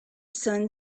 son